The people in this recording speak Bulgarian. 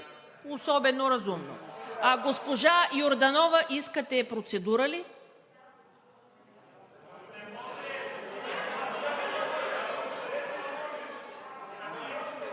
особено разумно. Госпожо Йорданова, искате процедура ли?